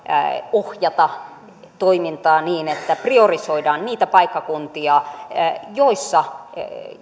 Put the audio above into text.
ohjata toimintaa niin että priorisoidaan niitä paikkakuntia joissa